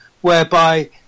whereby